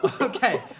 Okay